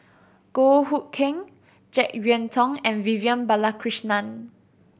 Goh Hood Keng Jek Yeun Thong and Vivian Balakrishnan